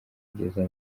kugeza